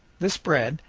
this bread,